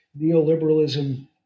Neoliberalism